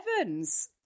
Evans